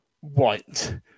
white